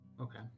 Okay